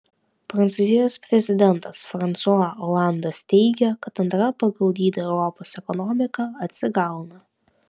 prancūzijos prezidentas fransua olandas teigia kad antra pagal dydį europos ekonomika atsigauna